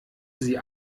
sie